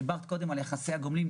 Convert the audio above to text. דיברת קודם על יחסי הגומלין,